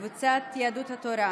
קבוצת סיעת יהדות התורה,